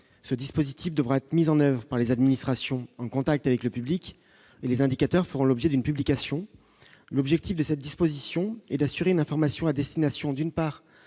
ce dispositif devrait être mis en oeuvre par les administrations en contact avec le public et les indicateurs feront l'objet d'une publication, l'objectif de cette disposition et d'assurer l'information à destination d'une part